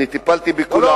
אני טיפלתי בכולם,